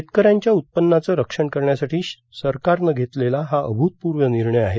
शेतकऱ्यांच्या उत्पन्नाचं रक्षण करण्यासाठी सरकारनं घेतलेला हा अभूतपूर्व निर्णय आहे